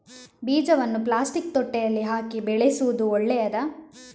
ಬೀಜವನ್ನು ಪ್ಲಾಸ್ಟಿಕ್ ತೊಟ್ಟೆಯಲ್ಲಿ ಹಾಕಿ ಬೆಳೆಸುವುದು ಒಳ್ಳೆಯದಾ?